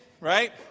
right